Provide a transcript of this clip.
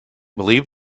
believe